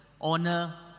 honor